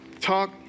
talk